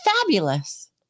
fabulous